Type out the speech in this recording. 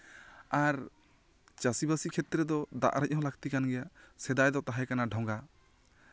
ᱟᱨ ᱪᱟᱥᱤ ᱵᱟᱥᱤ ᱠᱷᱮᱛᱨᱮ ᱫᱚ ᱫᱟᱜ ᱟᱨᱮᱪ ᱦᱚᱸ ᱞᱟᱠᱛᱤ ᱠᱟᱱ ᱜᱮᱭᱟ ᱥᱮᱫᱟᱭ ᱫᱚ ᱛᱟᱦᱮᱸ ᱠᱟᱱᱟ ᱰᱷᱚᱝᱜᱟ